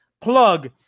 plug